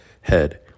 head